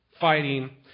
fighting